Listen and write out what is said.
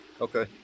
Okay